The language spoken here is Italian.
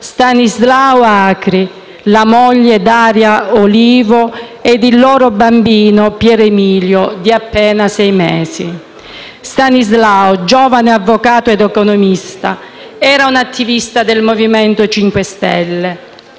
Stanislao Acri, la moglie Daria Olivo ed il loro bambino Pier Emilio, di appena sei mesi. Stanislao, giovane avvocato ed economista, era un attivista del MoVimento 5 Stelle.